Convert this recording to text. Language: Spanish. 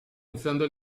usando